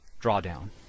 drawdown